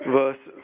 verse